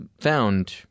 found